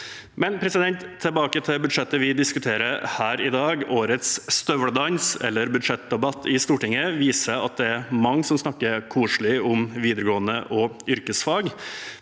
utdanning. Tilbake til budsjettet vi diskuterer her i dag: Årets «Støveldance», eller budsjettdebatt, i Stortinget viser at det er mange som snakker koselig om videregående og yrkesfag,